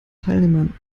teilnehmern